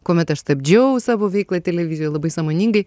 kuomet aš stabdžiau savo veiklą televizijoj labai sąmoningai